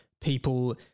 people